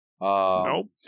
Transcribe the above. Nope